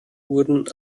wurden